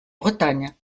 bretagne